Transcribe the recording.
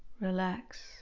relax